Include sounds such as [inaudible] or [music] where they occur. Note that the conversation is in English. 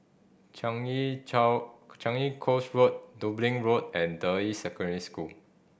Changi [unintelligible] Changi Coast Road Dublin Road and Deyi Secondary School